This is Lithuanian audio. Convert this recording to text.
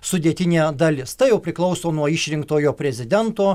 sudėtinė dalis tai jau priklauso nuo išrinktojo prezidento